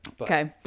Okay